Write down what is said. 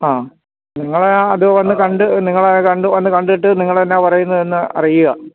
ആ നിങ്ങള് അത് വന്ന് കണ്ട് നിങ്ങള് അത് വന്നുകണ്ടിട്ട് നിങ്ങളെന്താണ് പറയുന്നതെന്ന് അറിയുക